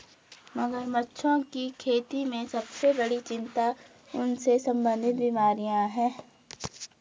मगरमच्छों की खेती में सबसे बड़ी चिंता उनसे संबंधित बीमारियां हैं?